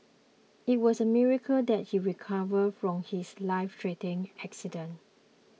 it was a miracle that he recovered from his lifethreatening accident